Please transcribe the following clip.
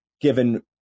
given